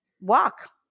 walk